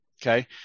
Okay